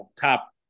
top